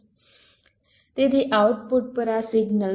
તેથી આઉટપુટ પર આ સિગ્નલ 5